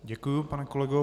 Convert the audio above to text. Děkuji, pane kolego.